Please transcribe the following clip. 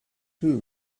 too